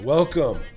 Welcome